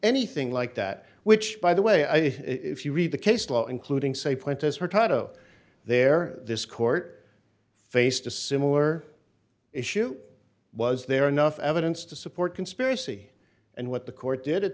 anything like that which by the way i if you read the case law including say pointis hurtado there this court faced a similar issue was there enough evidence to support conspiracy and what the court did it